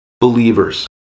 believers